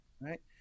Right